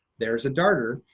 there's a darter,